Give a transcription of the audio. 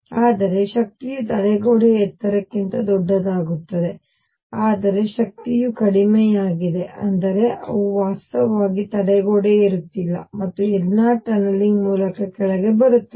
ಆದ್ದರಿಂದ ಶಕ್ತಿಯು ತಡೆಗೋಡೆ ಎತ್ತರಕ್ಕಿಂತ ದೊಡ್ಡದಾಗಿರುತ್ತದೆ ಆದರೆ ಶಕ್ತಿಯು ಕಡಿಮೆಯಾಗಿದೆ ಅಂದರೆ ಅವು ವಾಸ್ತವವಾಗಿ ತಡೆಗೋಡೆ ಏರುತ್ತಿಲ್ಲ ಮತ್ತು ಎಲ್ಲಾ ಟನಲಿಂಗ್ ಮೂಲಕ ಕೆಳಗೆ ಬರುತ್ತವೆ